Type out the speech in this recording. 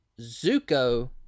Zuko